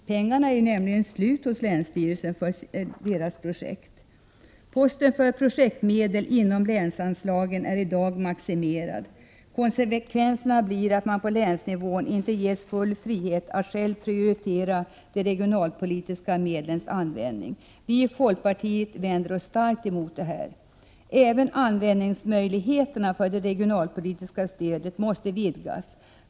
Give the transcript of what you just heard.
Pengarna för projekt hos länsstyrelsen är nämligen slut. Posten för projektmedel inom länsanslagen är i dag maximerad. Konsekvenserna blir att man på länsnivån inte ges full frihet att själv prioritera de regionalpolitiska medlens användning. Vi i folkpartiet vänder oss starkt emot kl detta. Även användningsmöjligheterna för det regionalpolitiska stödet måste vidgas.